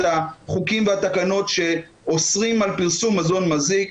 החוקים והתקנות שאוסרים על פרסום מזון מזיק,